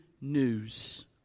news